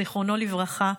זיכרונו לברכה,